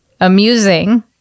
amusing